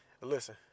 listen